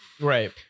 Right